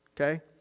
Okay